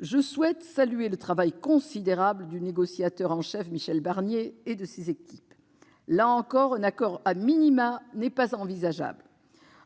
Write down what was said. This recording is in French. Je souhaite saluer le travail considérable du négociateur européen en chef, Michel Barnier, et de ses équipes. Là encore, un accord n'est pas envisageable.